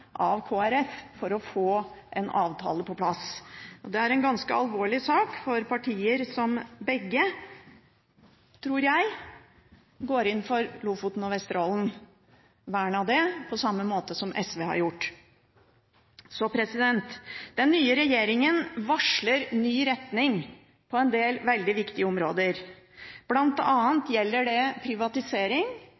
av Kristelig Folkeparti for å få en avtale på plass. Det er en ganske alvorlig sak for partier som begge – tror jeg – går inn for vern av Lofoten og Vesterålen, på samme måte som SV har gjort. Den nye regjeringen varsler ny retning på en del veldig viktige områder.